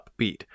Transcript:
upbeat